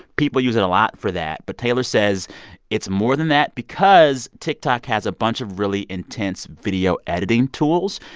people use it a lot for that. but taylor says it's more than that because tiktok has a bunch of really intense video-editing tools.